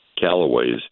Callaway's